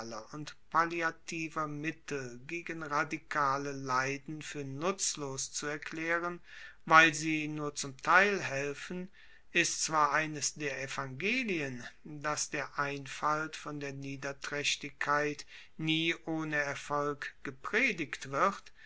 palliativer mittel gegen radikale leiden fuer nutzlos zu erklaeren weil sie nur zum teil helfen ist zwar eines der evangelien das der einfalt von der niedertraechtigkeit nie ohne erfolg gepredigt wird